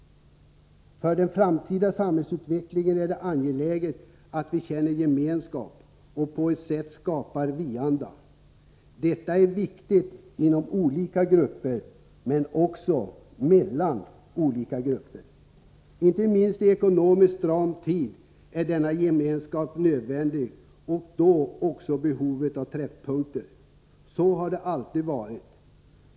För den framtida samhällsutvecklingen är det angeläget att vi känner gemenskap och på det sättet skapar vi-anda. Detta är viktigt inom olika grupper men också mellan olika grupper. Inte minst i en ekonomiskt stram tid är denna gemenskap nödvändig och då också behovet av träffpunkter. Så har det alltid varit.